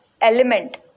element